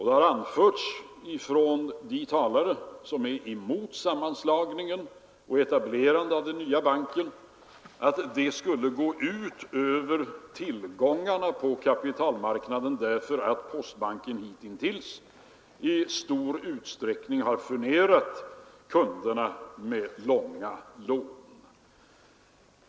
Det har anförts av de talare som är emot sammanslagningen och etablerandet av den nya banken att det skulle gå ut över tillgångarna på kapitalmarknaden, därför att postbanken hittills i stor utsträckning har furnerat kunderna med långa lån.